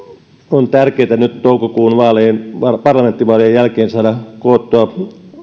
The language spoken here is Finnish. on tärkeätä nyt toukokuun parlamenttivaalien jälkeen saada koottua